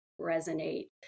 resonate